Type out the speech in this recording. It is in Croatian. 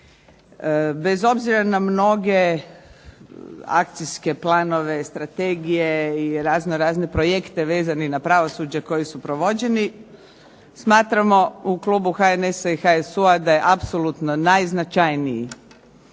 Bez obzira na mnoge akcijske planove i strategije i razno-razne projekte vezane na pravosuđe koji su provođeni, smatramo u klubu HNS-a i HSU-a da je apsolutno najznačajniji